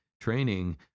Training